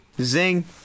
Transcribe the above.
Zing